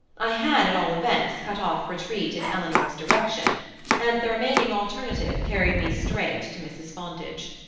i had, at all events, cut off retreat in eleanor's direction and the remaining alternative carried me straight to mrs. fontage.